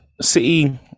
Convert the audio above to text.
City